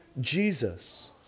Jesus